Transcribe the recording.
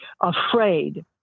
afraid